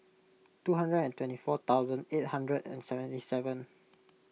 two hundred and twenty four thousand eight hundred and seventy seven